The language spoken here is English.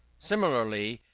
similarly,